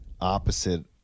opposite